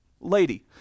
lady